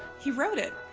he wrote it.